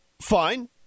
fine